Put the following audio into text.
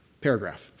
Paragraph